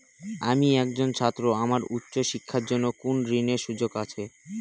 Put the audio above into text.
আমি একজন ছাত্র আমার উচ্চ শিক্ষার জন্য কোন ঋণের সুযোগ আছে?